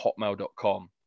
hotmail.com